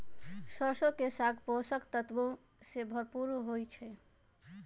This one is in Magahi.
सरसों के साग पोषक तत्वों से भरपूर होई छई